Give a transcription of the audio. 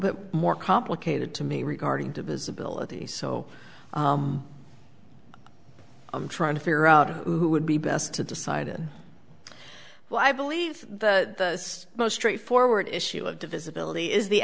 bit more complicated to me regarding to visibilities so i'm trying to figure out who would be best to decide well i believe the most straightforward issue of divisibility is the